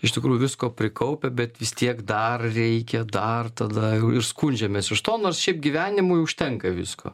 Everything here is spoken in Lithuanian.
iš tikrųjų visko prikaupę bet vis tiek dar reikia dar tada skundžiamės iš to nors šiaip gyvenimui užtenka visko